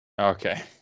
Okay